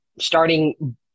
starting